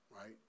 Right